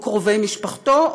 או קרובי משפחתו,